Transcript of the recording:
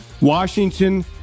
Washington